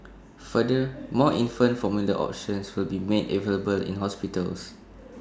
further more infant formula options will be made available in hospitals